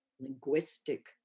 linguistic